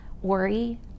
worry